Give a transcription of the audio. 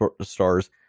stars